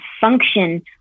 function